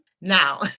now